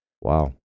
Wow